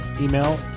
email